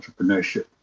entrepreneurship